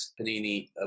Panini